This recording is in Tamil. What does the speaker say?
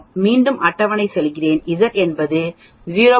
நான் மீண்டும் அட்டவணைக்கு செல்கிறேன் Z என்பது 0